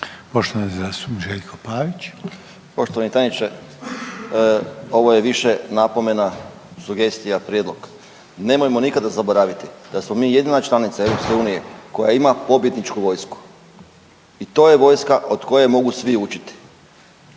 **Pavić, Željko (Nezavisni)** Poštovani tajniče, ovo je više napomena, sugestija, prijedlog. Nemojmo nikada zaboraviti da smo mi jedina članica Europske unije koja ima pobjedničku vojsku i to je vojska od koje mogu svi učiti.